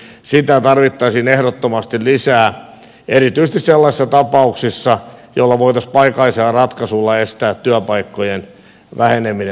sitä tarvittaisiin ehdottomasti lisää erityisesti sellaisissa tapauksissa joissa voitaisiin paikallisella ratkaisulla estää työpaikkojen väheneminen